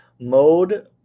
Mode